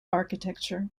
architecture